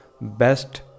best